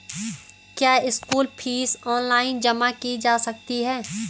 क्या school fees online जमा की जा सकती है?